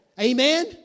Amen